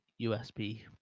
USB